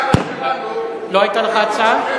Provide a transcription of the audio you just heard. אברהם אבינו, לא היתה לך הצעה?